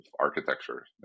architecture